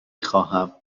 خواهم